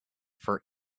for